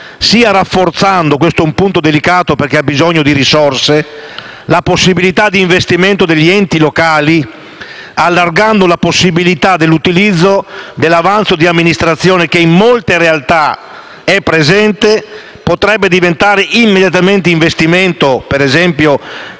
sia rafforzando - e questo è un punto delicato, in quanto sono necessarie risorse - la possibilità di investimento degli enti locali, allargando la possibilità dell'utilizzo dell'avanzo di amministrazione, che in molte realtà è presente - e potrebbe diventare immediatamente investimento nell'ambito